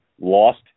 lost